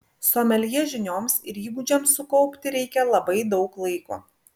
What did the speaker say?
someljė žinioms ir įgūdžiams sukaupti reikia labai daug laiko